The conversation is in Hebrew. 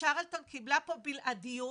צ'רלטון קיבלה פה בלעדיות